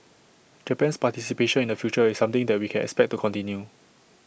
Japan's participation in the future is something that we can expect to continue